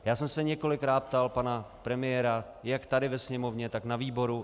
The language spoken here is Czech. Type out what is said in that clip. Já jsem se několikrát ptal pana premiéra jak tady ve Sněmovně, tak na výboru.